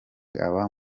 aba